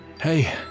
Hey